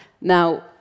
Now